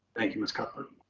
thank you, ms. cuthbert.